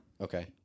Okay